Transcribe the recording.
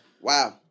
wow